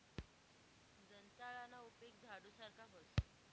दंताळाना उपेग झाडू सारखा व्हस